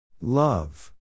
Love